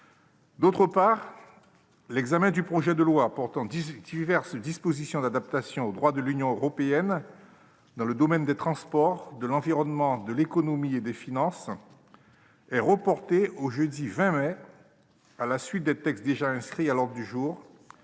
d'autre part, l'examen du projet de loi portant diverses dispositions d'adaptation au droit de l'Union européenne dans le domaine des transports, de l'environnement, de l'économie et des finances est reporté au jeudi 20 mai, à la suite des textes déjà inscrits à l'ordre du jour,